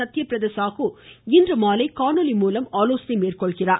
சத்திய பிரத சாகு இன்று மாலை காணொலி மூலம் ஆலோசனை மேற்கொள்கிறார்